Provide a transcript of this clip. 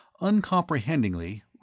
Uncomprehendingly